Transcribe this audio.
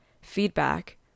feedback